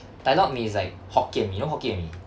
tai lok mee is like hokkien mee you know hokkien mee